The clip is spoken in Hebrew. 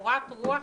קורת-רוח